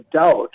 doubt